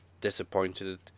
disappointed